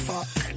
Fuck